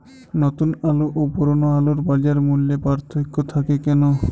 নতুন আলু ও পুরনো আলুর বাজার মূল্যে পার্থক্য থাকে কেন?